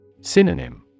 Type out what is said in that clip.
Synonym